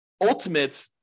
ultimate